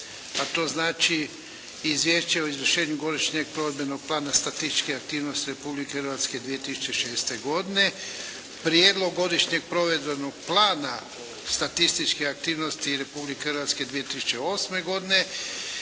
A to znači: - Izvješće o izvršenju Godišnjeg provedbenog plana statističkih aktivnosti Republike Hrvatske 2006. godine; - Prijedlog godišnjeg provedbenog plana statističkih aktivnosti Republike Hrvatske 2008. godine;